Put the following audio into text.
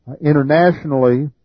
internationally